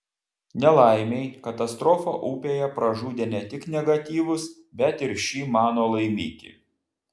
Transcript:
nelaimei katastrofa upėje pražudė ne tik negatyvus bet ir šį mano laimikį